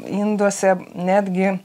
induose netgi